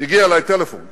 הגיע אלי טלפון